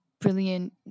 brilliant